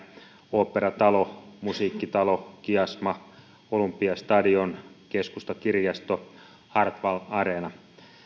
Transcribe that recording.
oopperatalo musiikkitalo kiasma olympiastadion keskustakirjasto hartwall areena